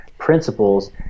principles